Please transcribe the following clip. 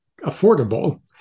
affordable